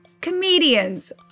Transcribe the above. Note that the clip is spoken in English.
comedians